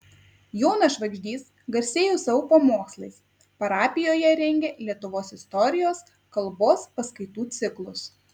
jonas švagždys garsėjo savo pamokslais parapijoje rengė lietuvos istorijos kalbos paskaitų ciklus